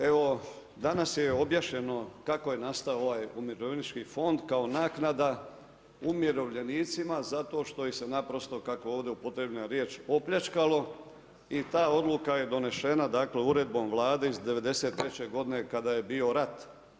Evo danas je objašnjeno kako je nastao ovaj umirovljenički fond kao naknada umirovljenicima zato što ih se naprosto kako je ovdje upotrebljena riječ, opljačkalo i ta odluka je donešena uredbom Vlade iz '93. godine kada je bio rat.